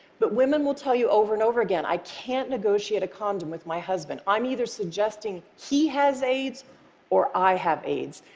but women will tell you over and over again, i can't negotiate a condom with my husband. i'm either suggesting he has aids or i have aids,